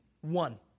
One